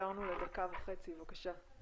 שלום